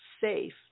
safe